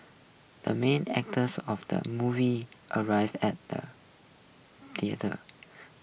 the main actors of the movie arrived at the theater